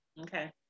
Okay